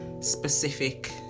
specific